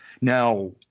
Now